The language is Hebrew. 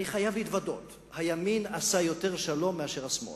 אני חייב להתוודות שהימין עשה יותר שלום מאשר השמאל.